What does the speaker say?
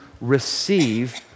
receive